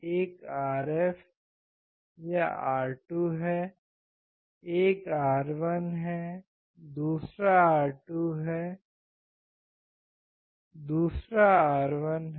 एक RF या R2 है एक R1 है दूसरा R2 है दूसरा R1 है